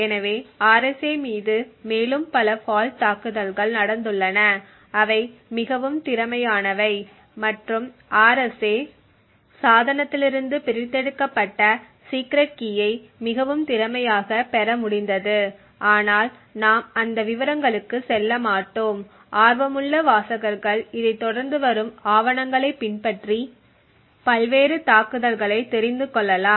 எனவே RSA மீது மேலும் பல ஃபால்ட் தாக்குதல்கள் நடந்துள்ளன அவை மிகவும் திறமையானவை மற்றும் RSA சாதனத்திலிருந்து பிரித்தெடுக்கப்பட்ட சீக்ரெட் கீயை மிகவும் திறமையாக பெற முடிந்தது ஆனால் நாம் அந்த விவரங்களுக்கு செல்ல மாட்டோம் ஆர்வமுள்ள வாசகர்கள் இதைத் தொடர்ந்து வரும் ஆவணங்களைப் பின்பற்றி பல்வேறு தாக்குதல்களை தெரிந்து கொள்ளலாம்